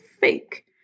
fake